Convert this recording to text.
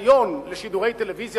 היו, של הכרזת הממשלה.